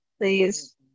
Please